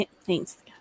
Thanks